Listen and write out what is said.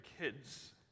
kids